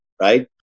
right